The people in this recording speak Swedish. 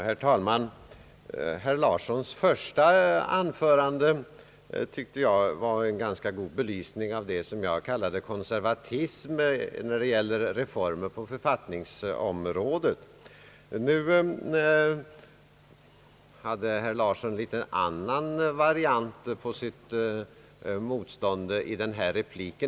Herr talman! Herr Larssons första anförande gav en god belysning av vad jag kallar konservatism när det gäller reformer på författningsområdet. I den sista repliken kom herr Larsson med en annan variant på sitt motstånd.